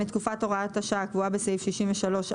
(2) את תקופת הוראת השעה הקבועה בסעיף 63א